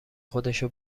خودشو